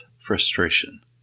frustration